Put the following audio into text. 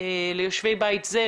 ליושבי בית זה,